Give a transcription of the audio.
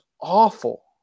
awful